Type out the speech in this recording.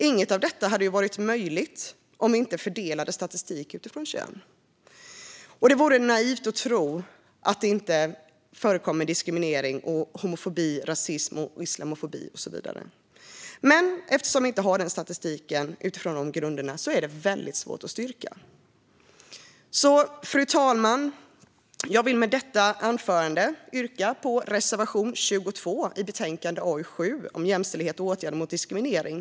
Inget av detta hade varit möjligt om vi inte fördelade statistik utifrån kön. Det vore naivt att tro att det inte förekommer diskriminering i form av homofobi, rasism, islamofobi och så vidare. Men eftersom vi inte har statistik utifrån dessa grunder är det mycket svårt att styrka. Fru talman! Jag vill med detta anförande yrka bifall till reservation 22 i arbetsmarknadsutskottets betänkande 7 om jämställdhet och åtgärder mot diskriminering.